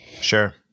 Sure